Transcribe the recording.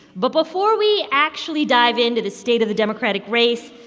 but before we actually dive into the state of the democratic race,